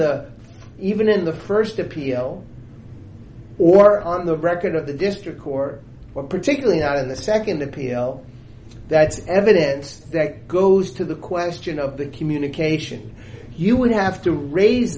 the even in the first appeal or on the record at the district court or particularly on the second appeal that's evidence that goes to the question of the communication you would have to r